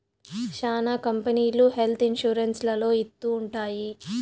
శ్యానా కంపెనీలు health insurance లలో ఇత్తూ ఉంటాయి